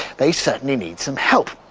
they certainly need some help,